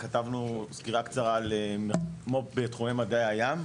כתבנו סקירה קצרה על מו"פ בתחומי מדעי הים.